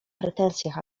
pretensjach